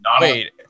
wait